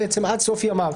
עד סוף ימיו.